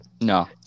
No